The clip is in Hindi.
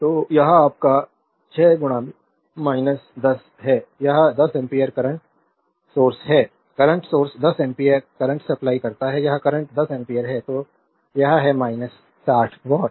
तो यह आपका 6 10 है यह 10 एम्पीयर करंट सोर्स है current source 10 ampere current supply करता है यह करंट 10 एम्पीयर है तो यह है 60 वॉट